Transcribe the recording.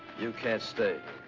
you can't stay